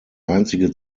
einzige